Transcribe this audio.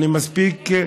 אני מספיק,